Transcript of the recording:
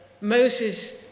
Moses